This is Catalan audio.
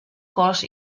cos